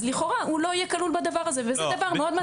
אז לכאורה הוא לא יהיה כלול בדבר הזה וזה דבר מאוד מטריד.